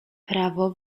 prawo